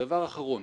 דבר אחרון.